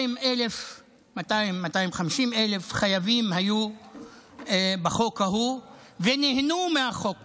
200,000 250,000 חייבים היו בחוק ההוא ונהנו מהחוק